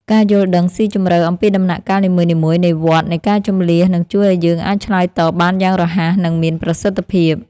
ការយល់ដឹងស៊ីជម្រៅអំពីដំណាក់កាលនីមួយៗនៃវដ្តនៃការជម្លៀសនឹងជួយឱ្យយើងអាចឆ្លើយតបបានយ៉ាងរហ័ស និងមានប្រសិទ្ធភាព។